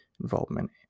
involvement